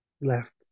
left